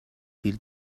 field